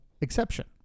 exception